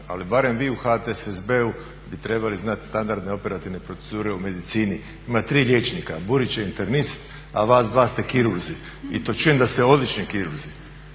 ali barem vi u HDSSB-u bi trebali znati standardne operativne proceduri u medicini. Ima tri liječnika, Burić je internist, a vas dva ste kirurzi i to čujem da ste odlični kirurzi,